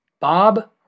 bob